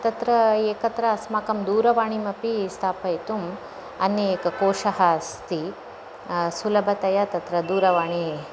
तत्र एकत्रम् अस्माकं दूरवाणीमपि स्थापयितुम् अन्यः एकः कोषः अस्ति सुलभतया तत्र दूरवाणीम्